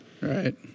Right